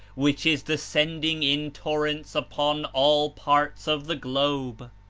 which is descending in torrents upon all parts of the globe